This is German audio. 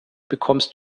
bekommst